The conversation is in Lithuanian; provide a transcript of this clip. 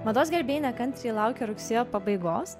mados gerbėjai nekantriai laukia rugsėjo pabaigos